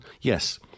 Yes